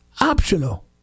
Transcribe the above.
optional